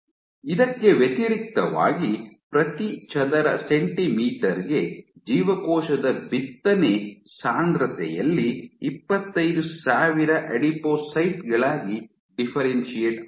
ಇದಕ್ಕೆ ವ್ಯತಿರಿಕ್ತವಾಗಿ ಪ್ರತಿ ಚದರ ಸೆಂಟಿಮೀಟರ್ ಗೆ ಜೀವಕೋಶದ ಬಿತ್ತನೆ ಸಾಂದ್ರತೆಯಲ್ಲಿ ಇಪ್ಪತ್ತೈದು ಸಾವಿರ ಅಡಿಪೋಸೈಟ್ ಗಳಾಗಿ ಡಿಫ್ಫೆರೆನ್ಶಿಯೇಟ್ ಆಗಿವೆ